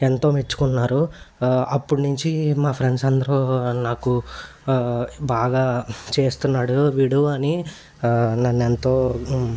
ఎంతో మెచ్చుకున్నారు అప్పడినుంచి మా ఫ్రెండ్స్ అందరూ నాకు బాగా చేస్తున్నాడు వీడు అని నన్ను ఎంతో